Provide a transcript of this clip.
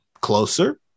closer